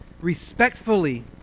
respectfully